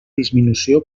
disminució